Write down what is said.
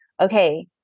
okay